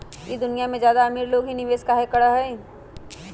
ई दुनिया में ज्यादा अमीर लोग ही निवेस काहे करई?